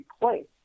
place